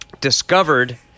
discovered